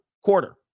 quarter